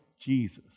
Jesus